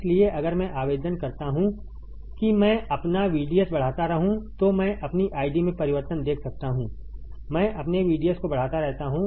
इसलिए अगर मैं आवेदन करता हूं कि मैं अपना VDS बढ़ाता रहूं तो मैं अपनी ID में परिवर्तन देख सकता हूं मैं अपने VDS को बढ़ाता रहता हूं